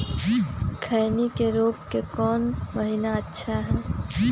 खैनी के रोप के कौन महीना अच्छा है?